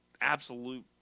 absolute